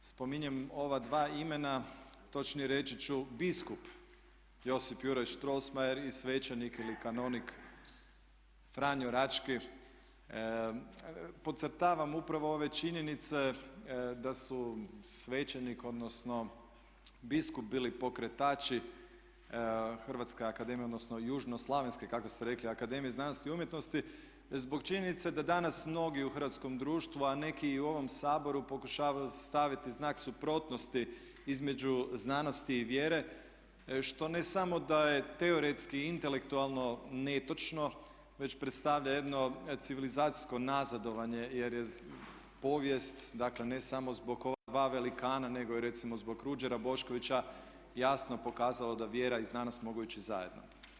Spominjem ova dva imena, točnije reći ću biskup Josip Juraj Strossmayer i svećenik ili kanonik Franjo Rački, podcrtavam upravo ove činjenice da su svećenik odnosno biskup bili pokretači Hrvatske akademije odnosno južno slavenske kako ste rekli Akademije znanosti i umjetnosti zbog činjenice da danas mnogi u hrvatskom društvu, a neki i u ovom Saboru pokušavaju staviti znak suprotnosti između znanosti i vjere što ne samo da je teoretski i intelektualno netočno već predstavlja jedno civilizacijsko nazadovanje jer je povijest ne samo zbog ova dva velikana nego i recimo zbog Ruđera Boškovića jasno pokazala da vjera i znanost mogu ići zajedno.